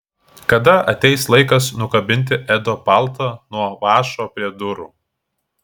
kada ateis laikas nukabinti edo paltą nuo vąšo prie durų